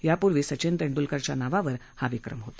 यापूर्वी सचिन तेंडूलकरच्या नावावर हा विक्रम होता